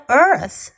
earth